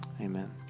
amen